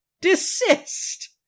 desist